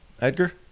Edgar